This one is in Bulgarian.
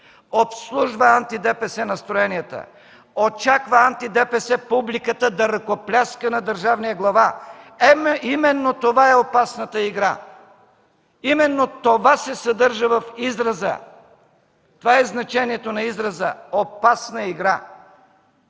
обслужва антидепесе настроенията. Очаква антидепесе публиката да ръкопляска на Държавния глава. Именно това е опасната игра, именно това се съдържа в израза, това е значението на израза „опасна игра”.